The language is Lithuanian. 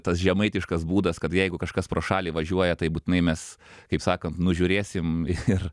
tas žemaitiškas būdas kad jeigu kažkas pro šalį važiuoja tai būtinai mes kaip sakant nužiūrėsim ir